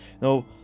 No